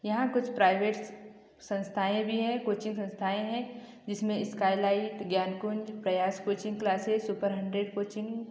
यहाँ कुछ प्राइवेट्स संस्थाएँ भी हैं कोचिंग संस्थाएँ हैं जिसमें skylight Gyankunj Prayas coaching classes super hundred coaching